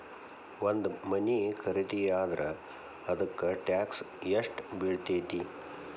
ಒಂದ್ ಮನಿ ಖರಿದಿಯಾದ್ರ ಅದಕ್ಕ ಟ್ಯಾಕ್ಸ್ ಯೆಷ್ಟ್ ಬಿಳ್ತೆತಿ?